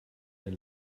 den